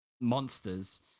monsters